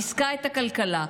ריסקה את הכלכלה,